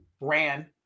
ran